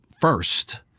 first